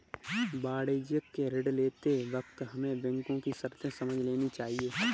वाणिज्यिक ऋण लेते वक्त हमें बैंको की शर्तें समझ लेनी चाहिए